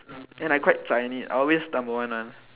and I quite zai in it I always number one [one]